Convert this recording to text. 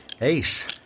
Ace